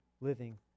Living